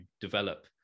develop